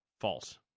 False